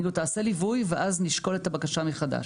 נגיד לו לעשות ליווי ואז נשקול את הבקשה מחדש.